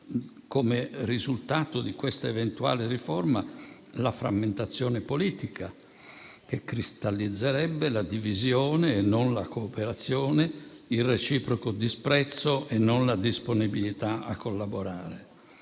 come risultato di questa eventuale riforma, la frammentazione politica, che cristallizzerebbe la divisione e non la cooperazione, il reciproco disprezzo e non la disponibilità a collaborare,